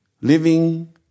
Living